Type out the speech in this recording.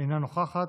אינה נוכחת.